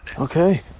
Okay